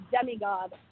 demigod